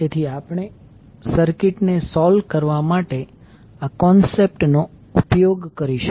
તેથી આપણે સર્કિટને સોલ્વ કરવા માટે આ કોન્સેપ્ટ નો ઉપયોગ કરીશું